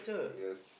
yes